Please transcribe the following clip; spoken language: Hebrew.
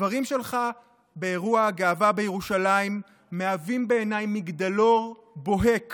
הדברים שלך באירוע הגאווה בירושלים מהווים בעיניי מגדלור בוהק